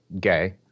gay